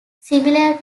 similar